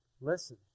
Listen